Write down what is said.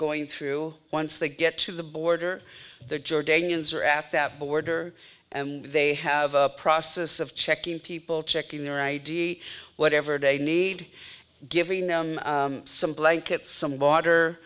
going through once they get to the border they're jordanians or aftab border and they have a process of checking people checking their id whatever day need giving them some blankets some water